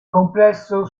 complesso